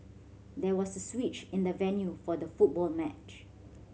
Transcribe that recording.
there was switch in the venue for the football match